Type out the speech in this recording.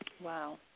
Wow